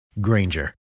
Granger